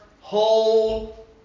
whole